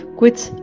quits